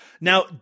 Now